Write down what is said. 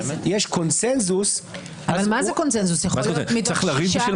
יש קונצנזוס -- מה זה "קונצנזוס"?